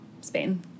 spain